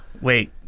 Wait